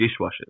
dishwashers